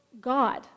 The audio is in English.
God